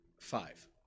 five